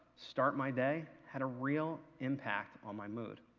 start my day, had a real impact on my mood.